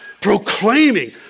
proclaiming